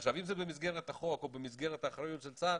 עכשיו אם זה במסגרת החוק או במסגרת האחראיות של צה"ל,